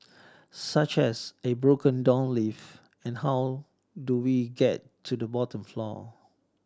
such as a broken down lift and how do we get to the bottom floor